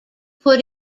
put